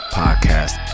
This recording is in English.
podcast